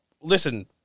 listen